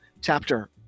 chapter